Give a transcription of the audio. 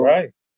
Right